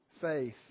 faith